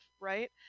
right